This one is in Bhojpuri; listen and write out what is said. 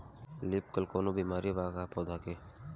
लीफ कल कौनो बीमारी बा का पौधा के?